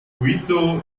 quito